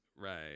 Right